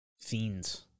Fiends